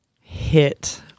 hit